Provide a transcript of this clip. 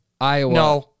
Iowa